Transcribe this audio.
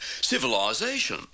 civilization